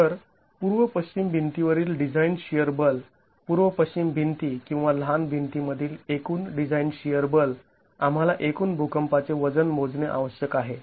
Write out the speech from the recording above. तर पूर्व पश्चिम भिंती वरील डिझाईन शिअर बल पूर्व पश्चिम भिंती किंवा लहान भिंती मधील एकूण डिझाईन शिअर बल आम्हाला एकूण भुकंपाचे वजन मोजणे आवश्यक आहे